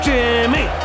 Jimmy